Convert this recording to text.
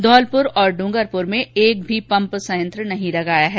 धौलपुर और इंगरपुर में एक भी पंप संयंत्र नही लगा है